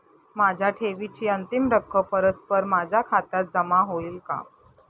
माझ्या ठेवीची अंतिम रक्कम परस्पर माझ्या खात्यात जमा होईल का?